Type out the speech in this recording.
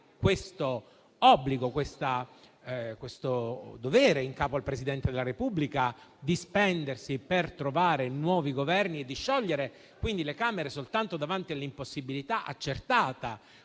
l'obbligo in capo al Presidente della Repubblica di spendersi per trovare nuovi Governi e di sciogliere quindi le Camere soltanto davanti all'impossibilità accertata